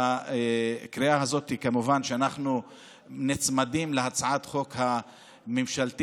בקריאה הזאת כמובן שאנחנו נצמדים להצעת החוק הממשלתית,